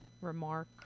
remark